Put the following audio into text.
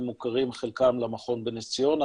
מוכרים חלקם למכון בנס ציונה,